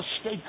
State